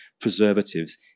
preservatives